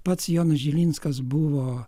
pats jonas žilinskas buvo